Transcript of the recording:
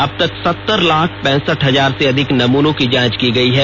अबतक सत्तर लाख पैंसठ हजार से अधिक नमूनों की जांच की गयी है